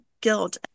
guilt